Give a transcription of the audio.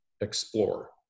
explore